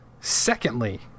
Secondly